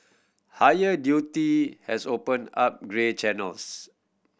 higher duty has opened up grey channels